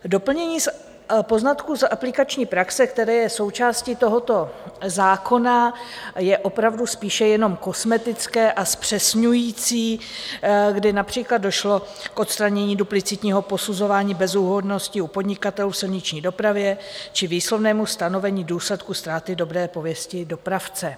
Doplnění poznatků z aplikační praxe, které je součástí tohoto zákona, je opravdu spíše jenom kosmetické a zpřesňující, kdy například došlo k odstranění duplicitního posuzování bezúhonnosti u podnikatelů v silniční dopravě či výslovnému stanovení důsledků ztráty dobré pověsti dopravce.